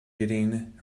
getting